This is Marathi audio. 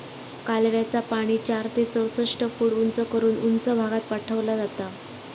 कालव्याचा पाणी चार ते चौसष्ट फूट उंच करून उंच भागात पाठवला जाता